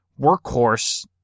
workhorse